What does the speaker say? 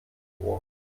ohr